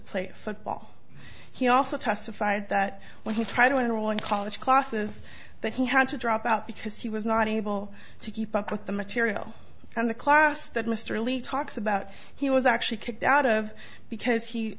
play football he also testified that when he tried to enroll in college classes that he had to drop out because he was not able to keep up with the material and the class that mr lee talks about he was actually kicked out of because he